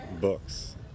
books